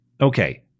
Okay